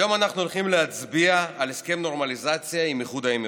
היום אנחנו הולכים להצביע על הסכם נורמליזציה עם איחוד האמירויות.